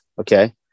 Okay